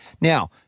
Now